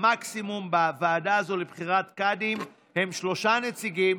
המקסימום בוועדה הזו לבחירת קאדים הוא שלושה נציגים,